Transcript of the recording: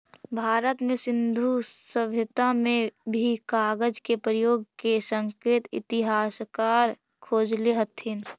भारत में सिन्धु सभ्यता में भी कागज के प्रयोग के संकेत इतिहासकार खोजले हथिन